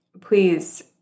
please